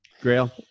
Grail